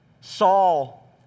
Saul